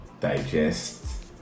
digest